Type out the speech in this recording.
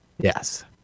Yes